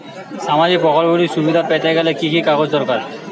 সামাজীক প্রকল্পগুলি সুবিধা পেতে গেলে কি কি কাগজ দরকার?